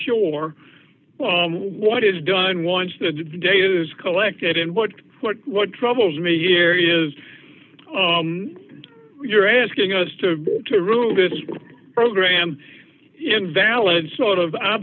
sure what is done once the day is collected and what what what troubles me here is you're asking us to to rule this program invalid sort of